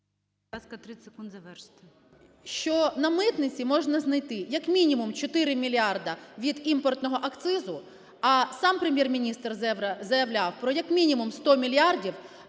…що на митниці можна знайти як мінімум 4 мільярди від імпортного акцизу, а сам Прем'єр-міністр заявляв про як мінімум 100 мільярдів